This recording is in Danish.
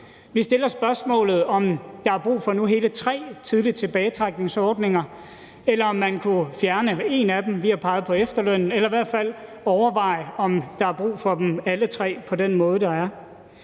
Vi stiller spørgsmålet, om der er brug for nu hele tre tidlige tilbagetrækningsordninger, eller om man kunne fjerne en af dem – vi har peget på efterlønnen – eller i hvert fald overveje, om der er brug for dem alle tre på den måde, der er.